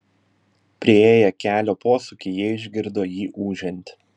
priėję kelio posūkį jie išgirdo jį ūžiant